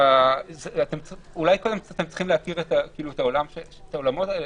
אולי קודם אתם צריכים להכיר את העולמות האלה.